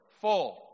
full